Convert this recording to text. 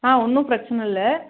ஆ ஒன்றும் பிரச்சனை இல்லை